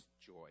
joy